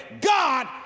God